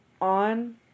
on